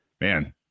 man